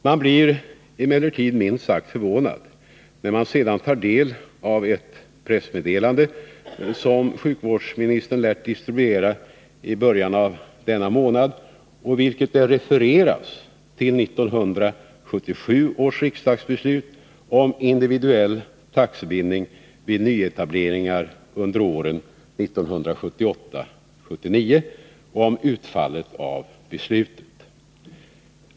Man blir emellertid minst sagt förvånad när man sedan tar del av ett pressmeddelande som sjukvårdsministern lät distribuera i början av denna månad och i vilket det refereras till 1977 års rikdagsbeslut om individuell taxebindning vid nyetableringar under åren 1978-1979 och om utfallet av beslutet.